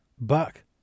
back